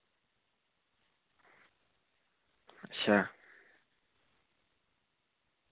अच्छा